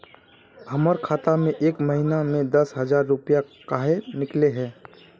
हमर खाता में एक महीना में दसे हजार रुपया काहे निकले है?